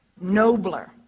nobler